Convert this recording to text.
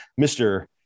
Mr